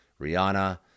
Rihanna